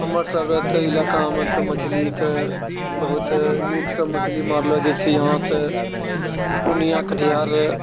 हमर सबरे तऽ इलाकामे तऽ मछली तऽ बहुत निकसँ मछली मारलो जाइछै यहाँसँ पूर्णियाँ कटिहार